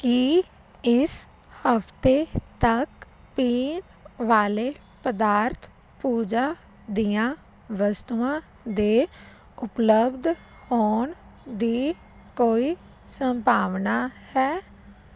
ਕੀ ਇਸ ਹਫ਼ਤੇ ਤੱਕ ਪੀਣ ਵਾਲੇ ਪਦਾਰਥ ਪੂਜਾ ਦੀਆਂ ਵਸਤੂਆਂ ਦੇ ਉਪਲੱਬਧ ਹੋਣ ਦੀ ਕੋਈ ਸੰਭਾਵਨਾ ਹੈ